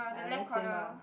then same lah